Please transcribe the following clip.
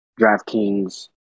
DraftKings